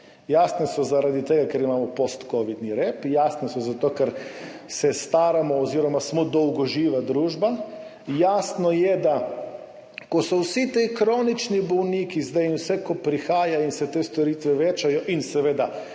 jasne so zaradi tega, ker imamo postkovidni rep, jasne so zato, ker se staramo oziroma smo dolgoživa družba, jasno je, da ko so vsi ti kronični bolniki zdaj in vse, kar prihaja, se te storitve večajo, in seveda